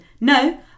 no